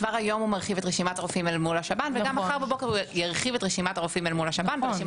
כבר היום הוא מרחיב את רשימת הרופאים אל מול השב"ן וגם מחר בבוקר הוא